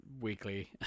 weekly